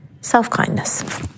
self-kindness